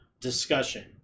discussion